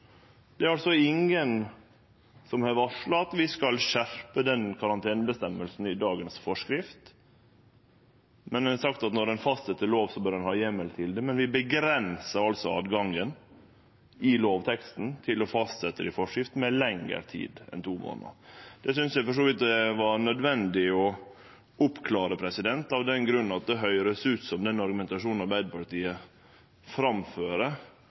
Det er ingen som har varsla at ein skal skjerpe karanteneføresegna i dagens forskrift, men ein har sagt at når ein fastset noko ved lov, bør ein ha heimel for det. Men vi avgrensar altså tilgangen i lovteksten til å fastsetje i forskrift lengre karantenetid enn to månader. Det synest eg det for så vidt var nødvendig å oppklare, av den grunn at den argumentasjonen som